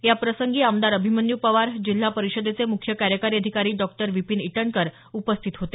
याप्रसंगी आमदार अभिमन्यू पवार जिल्हा परिषदेचे मुख्य कार्यकारी अधिकारी डॉक्टर विपीन इटनकर उपस्थित होते